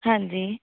ਹਾਂਜੀ